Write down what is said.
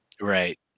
Right